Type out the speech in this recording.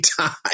time